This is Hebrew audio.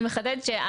אני מחדדת ואומרת